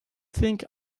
think